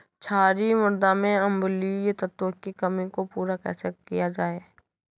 क्षारीए मृदा में अम्लीय तत्वों की कमी को पूरा कैसे किया जाए?